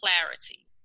clarity